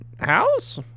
house